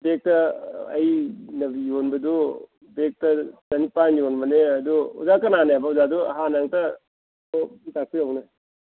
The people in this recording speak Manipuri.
ꯕꯦꯒꯇ ꯑꯩꯅ ꯌꯣꯟꯕꯗꯨ ꯕꯦꯒꯇ ꯆꯅꯤꯄꯥꯜ ꯌꯣꯟꯕꯅꯤ ꯑꯗꯨ ꯑꯣꯖꯥ ꯀꯅꯥꯅꯦꯕ ꯑꯣꯖꯥꯗꯨ ꯍꯥꯟꯅ ꯑꯝꯇ ꯇꯥꯛꯄꯤꯔꯛꯎꯅꯦ